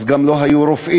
אז גם לא היו רופאים.